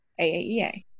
AAEA